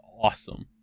Awesome